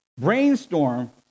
brainstorm